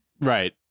Right